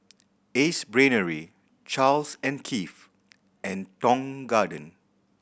Ace Brainery Charles and Keith and Tong Garden